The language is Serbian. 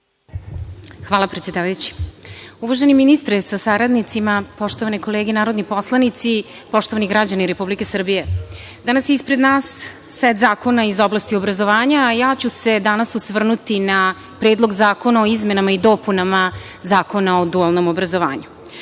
Hvala, predsedavajući. Uvaženi ministre sa saradnicima, poštovane kolege narodni poslanici, poštovani građani Republike Srbije, danas je ispred nas set zakona iz oblasti obrazovanja, a ja ću se danas osvrnuti na Predlog zakona o izmenama i dopunama Zakona o dualnom obrazovanju. Osnovni